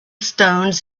stones